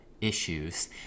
issues